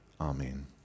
Amen